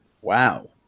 Wow